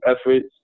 efforts